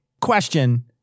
Question